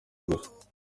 gusa